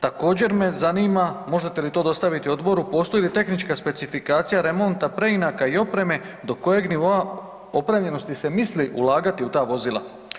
Također me zanima, možete li to dostaviti odboru, postoji li tehnička specifikacija remonta preinaka i opreme do kojeg nivoa opremljenosti se misli ulagati u ta vozila?